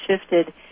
shifted